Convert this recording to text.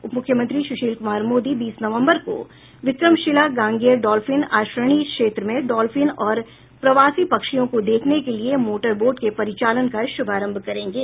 उप मुख्यमंत्री सुशील कुमार मोदी बीस नवम्बर को विक्रमशिला गांगेय डॉल्फिन आश्रयणी क्षेत्र में डॉल्फिन और प्रवासी पक्षियों को देखने के लिए मोटर बोट के परिचालन का शुभारंभ करेंगे